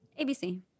ABC